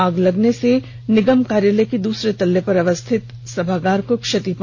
आग लगने से निगम कार्यालय के दूसरे तल्ले पर अवस्थित सभागार को क्षति पहुंची है